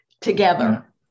together